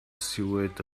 silhouette